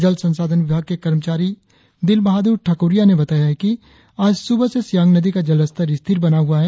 जल संसाधन विभाग के कर्मचारी दिल बहादुर ठाकुरिया ने बताया कि आज सुबह से सियांग नदी का जलस्तर स्थिर बना हुआ है